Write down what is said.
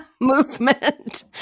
movement